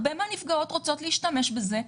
הרבה מהנפגעות רוצות להשתמש בזה,